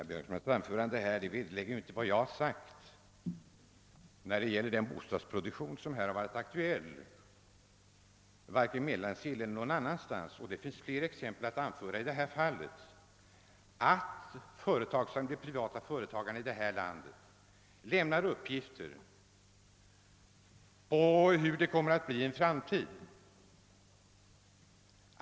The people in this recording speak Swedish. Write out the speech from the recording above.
Herr talman! Herr Björkmans anförande vederlägger inte vad jag sagt när det gäller den här aktuella bostadsproduktionen i Mellansel och på andra platser. Fler exempel kan anföras på att de privata företagarna i vårt land lämnar uppgifter om hur framtiden kommer att gestalta sig.